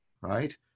Right